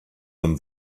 him